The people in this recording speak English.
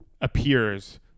appears